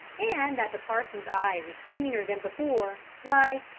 and that the parson's eye was keener than before, why,